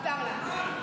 מותר לה.